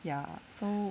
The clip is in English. ya so